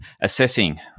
assessing